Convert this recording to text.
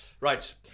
Right